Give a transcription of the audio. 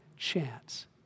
chance